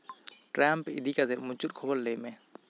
Trump ᱤᱫᱤ ᱠᱟᱛᱮᱫ ᱢᱩᱪᱟᱹᱫ ᱠᱷᱚᱵᱚᱨ ᱞᱟᱹᱭ ᱢᱮ